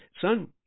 son